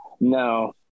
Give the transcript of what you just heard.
no